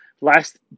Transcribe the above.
Last